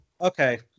Okay